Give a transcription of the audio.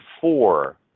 four